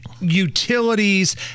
utilities